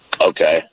okay